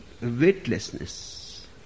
weightlessness